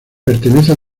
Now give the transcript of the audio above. pertenece